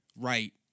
Right